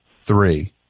three